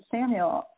Samuel